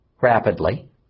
rapidly